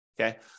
okay